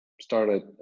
started